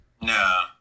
No